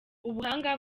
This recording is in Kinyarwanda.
ubuhanga